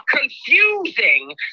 confusing